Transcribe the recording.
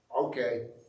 okay